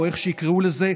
או איך שיקראו לזה,